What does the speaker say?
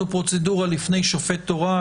הוא פרוצדורה לפני שופט תורן,